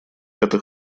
это